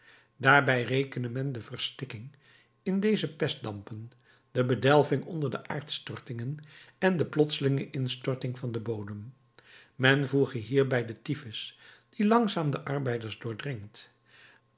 daarbij rekene men de verstikking in deze pestdampen de bedelving onder de aardstortingen en de plotselinge instorting van den bodem men voege hierbij de typhus die langzaam de arbeiders doordringt